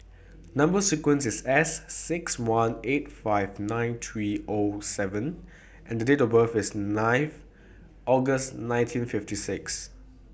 Number sequence IS S six one eight five nine three O seven and The Date of birth IS ninth August nineteen fifty six